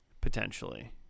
potentially